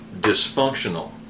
dysfunctional